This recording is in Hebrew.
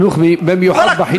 במיוחד בחינוך.